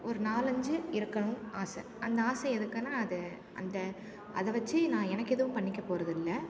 ஒரு நாலஞ்சு இருக்கணும் ஆசை அந்த ஆசை எதுக்குன்னா அது அந்த அதை வச்சு நான் எனக்கு எதுவும் பண்ணிக்க போறதில்லை